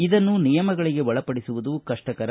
ಇದನ್ನು ನಿಯಮಗಳಿಗೆ ಒಳಪಡಿಸುವುದು ಕಷ್ಟಕರ